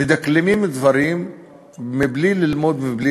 מדקלמים דברים מבלי ללמוד ומבלי